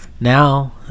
now